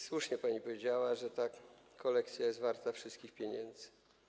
Słusznie pani powiedziała, że ta kolekcja jest warta wszystkich pieniędzy.